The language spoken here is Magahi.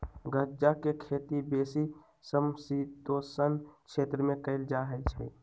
गञजा के खेती बेशी समशीतोष्ण क्षेत्र में कएल जाइ छइ